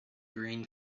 green